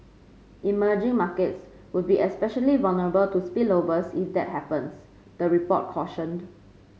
emerging markets would be especially vulnerable to spillovers if that happens the report cautioned